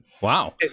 Wow